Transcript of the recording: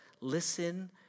listen